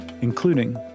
including